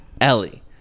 Ellie